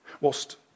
whilst